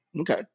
Okay